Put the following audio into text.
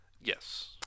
Yes